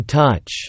touch